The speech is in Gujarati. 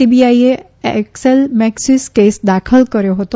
સીબીઆઇ એ એકસેલ મેકસીસ કેસ દાખલ કર્યો હતો